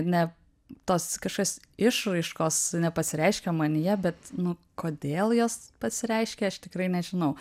ne tos kažkas išraiškos nepasireiškė manyje bet nu kodėl jos pasireiškė aš tikrai nežinau